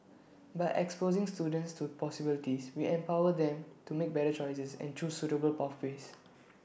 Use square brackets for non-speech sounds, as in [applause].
by exposing students to possibilities we empower them to make better choices and choose suitable pathways [noise]